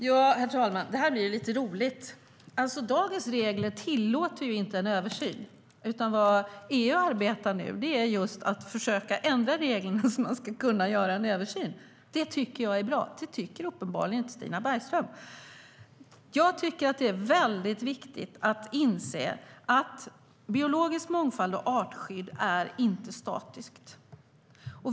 Herr talman! Det här blir lite roligt. Dagens regler tillåter ingen översyn, utan vad EU arbetar med är just att försöka ändra reglerna så att man ska kunna göra en översyn. Det tycker jag är bra, men det tycker uppenbarligen inte Stina Bergström.Det är viktigt att inse att biologisk mångfald och artskydd inte är statiskt.